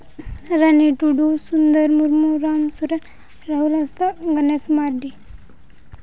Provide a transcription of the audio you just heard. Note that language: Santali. ᱨᱟᱹᱱᱤ ᱴᱩᱰᱩ ᱥᱩᱱᱫᱚᱨ ᱢᱩᱨᱢᱩ ᱨᱟᱢ ᱥᱚᱨᱮᱱ ᱨᱟᱦᱩᱞ ᱦᱟᱸᱥᱫᱟ ᱜᱚᱱᱮᱥ ᱢᱟᱨᱰᱤ